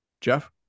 Jeff